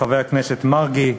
חבר הכנסת מרגי,